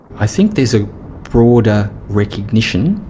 i think there's a broader recognition,